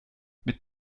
mit